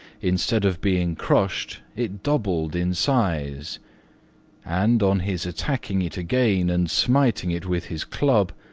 instead of being crushed it doubled in size and, on his attacking it again and smiting it with his club,